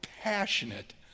passionate